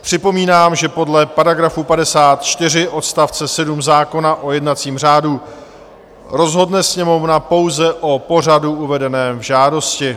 Připomínám, že podle § 54 odst. 7 zákona o jednacím řádu rozhodne Sněmovna pouze o pořadu uvedeném v žádosti.